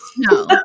no